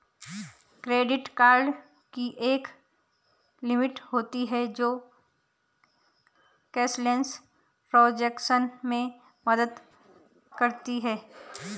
credit card की एक limit होती है जो कैशलेस ट्रांज़ैक्शन में मदद करती है